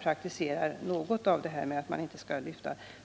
praktiserar principen att det inte skall vara alltför tunga lyft.